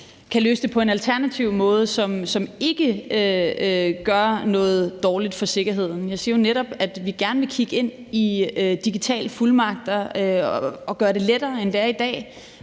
kan løse det på en alternativ måde, som ikke gør noget dårligt for sikkerheden. Jeg siger jo netop, at vi gerne vil kigge ind i digitale fuldmagter og gøre det lettere, end det er i dag,